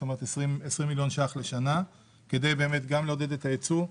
כלומר 20 מיליון ש"ח לשנה כדי לעודד את הייצוא,